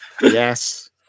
Yes